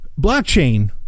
blockchain